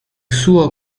suo